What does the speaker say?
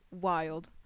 wild